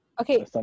okay